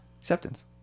Acceptance